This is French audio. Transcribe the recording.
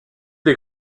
des